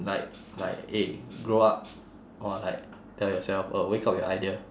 like like eh grow up or like tell yourself uh wake up your idea